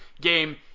game